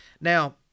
Now